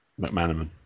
McManaman